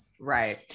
Right